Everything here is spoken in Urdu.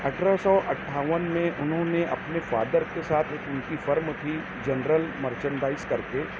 اٹھارہ سو اٹھاون میں انہوں نے اپنے فادر کے ساتھ ایک ان کی فرم تھی جنرل مرچنڈائز کر کے